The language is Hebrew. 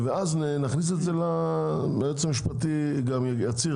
נכניס את זה - היועץ המשפטי גם יצהיר